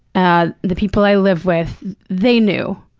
ah the people i live with they knew.